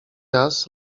raz